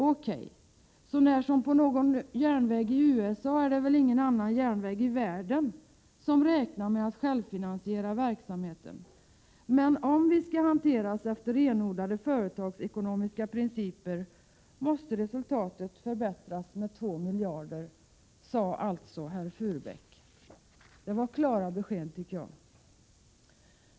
— Okej, sånär som på någon järnväg i USA är det väl ingen annan järnväg i världen som räknar med att självfinansiera verksamheten. Men om vi skall hanteras efter renodlade företagsekonomiska principer måste resultatet förbättras med 2 miljarder ———.” Det sade alltså herr Furbäck. Det var klara besked.